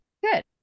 Good